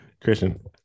Christian